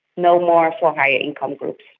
no more for higher income groups.